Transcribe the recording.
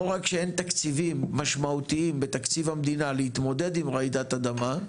לא רק שאין תקציבים משמעותיים בתקציב המדינה להתמודד עם רעידת אדמה,